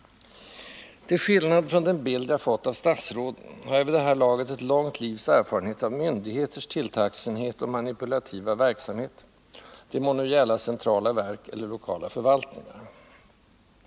Till skillnad från den bild jag fått av statsråden har jag vid det här laget ett långt livs erfarenhet av myndigheters tilltagsenhet och manipulativa verksamhet — det må nu gälla centrala verk eller lokala förvaltningar.